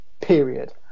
period